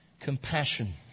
Compassion